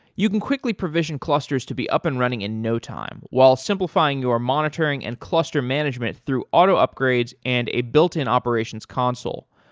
you can quickly provision clusters to be up and running in no time while simplifying your monitoring and cluster management through auto upgrades and a built-in operations console.